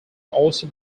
also